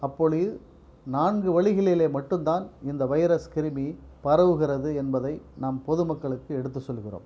அப்போது நான்கு வழிகளில் மட்டும் தான் இந்த வைரஸ் கிருமி பரவுகிறது என்பதை நாம் பொது மக்களுக்கு எடுத்து சொல்கிறோம்